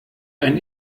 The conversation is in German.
ein